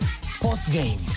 post-game